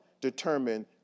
determine